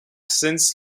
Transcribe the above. since